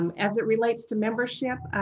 um as it relates to membership,